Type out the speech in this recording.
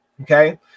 Okay